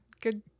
good